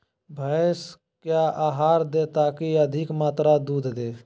भैंस क्या आहार दे ताकि अधिक मात्रा दूध दे?